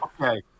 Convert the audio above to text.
Okay